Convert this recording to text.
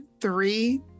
three